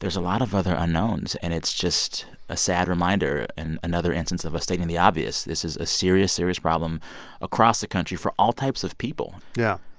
there's a lot of other unknowns. and it's just a sad reminder and another instance of us stating the obvious. this is a serious, serious problem across the country for all types of people yeah.